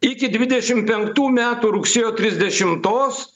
iki dvidešimt penktų metų rugsėjo trisdešimtos